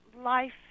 life